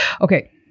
Okay